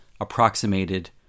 approximated